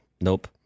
nope